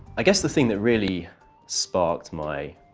i guess the thing that really sparked my